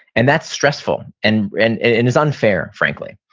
and that's stressful, and and it's unfair frankly.